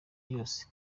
yose